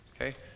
okay